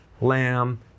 lamb